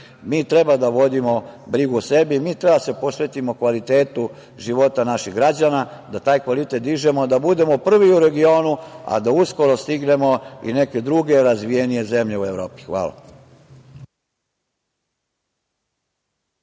Mi treba da vodimo brigu o sebi, mi treba da se posvetimo kvalitetu života naših građana, da taj kvalitet dižemo, da budemo prvi u regionu, a da uskoro stignemo i neke druge razvijenije zemlje u Evropi. Hvala.